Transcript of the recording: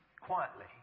quietly